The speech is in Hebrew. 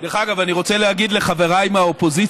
דרך אגב, אני רוצה להגיד לחבריי מהאופוזיציה: